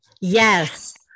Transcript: yes